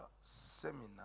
seminar